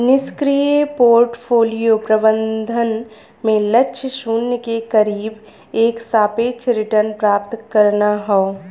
निष्क्रिय पोर्टफोलियो प्रबंधन में लक्ष्य शून्य के करीब एक सापेक्ष रिटर्न प्राप्त करना हौ